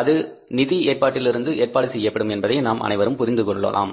இது நிதி ஏற்பாட்டில் இருந்து ஏற்பாடு செய்யப்படும் என்பதை நாம் அனைவரும் புரிந்து கொள்ளலாம்